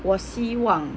我希望